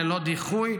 ללא דיחוי,